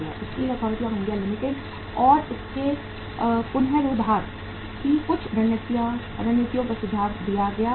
steel authority of India limited और इसके पुनरोद्धार की कुछ रणनीतियों का सुझाव देता है